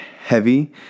heavy